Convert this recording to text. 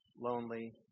lonely